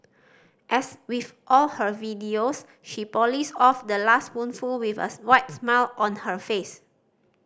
as with all her videos she polished off the last spoonful with a wide smile on her face